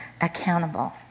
accountable